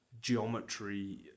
geometry